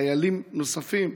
חיילים נוספים,